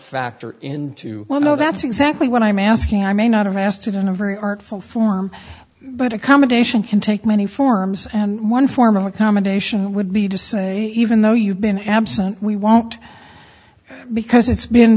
factor into well no that's exactly what i'm asking i may not have asked in a very artful form but accommodation can take many forms and one form of accommodation would be to say even though you've been absent we won't because it's been